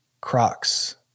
Crocs